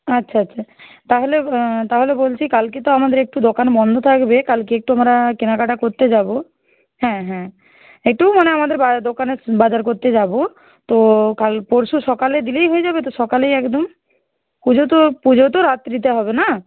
আচ্ছা আচ্ছা তাহলে তাহলে বলছি কালকে তো আমাদের একটু দোকান বন্ধ থাকবে কালকে একটু আমরা কেনাকাটা করতে যাবো হ্যাঁ হ্যাঁ একটু মানে আমাদের বা দোকানের বাজার করতে যাবো তো কাল পরশু সকালে দিলেই হয়ে যাবে তো সকালেই একদম পুজো তো পুজো তো রাত্রিতে হবে না